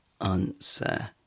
answer